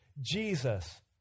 Jesus